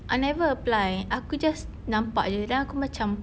I never apply aku just nampak sahaja then aku macam